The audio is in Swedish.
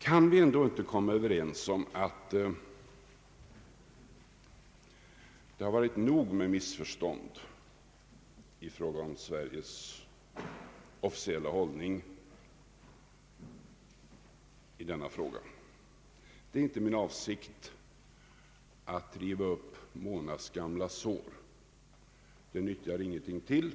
Kan vi ändå inte komma överens om att det har varit nog med missförstånd i fråga om Sveriges officiella hållning i denna fråga? Det är inte min avsikt att riva upp månadsgamla sår — det nyttjar ingenting till.